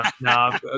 no